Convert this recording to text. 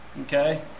Okay